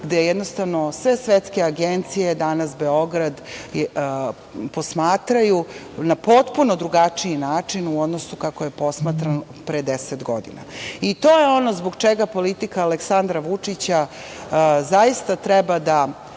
gde jednostavno sve svetske agencije danas Beograd posmatraju na potpuno drugačiji način u odnosu kako je posmatran pre deset godina. To je ono zbog čega politika Aleksandra Vučića zaista treba da